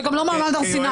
וגם לא מעמד הר סיני.